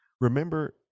Remember